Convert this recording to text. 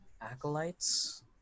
Acolytes